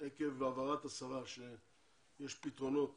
עקב הבהרת השרה שכרגע יש פתרונות